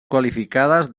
qualificades